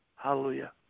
Hallelujah